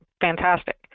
fantastic